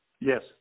Yes